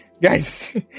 Guys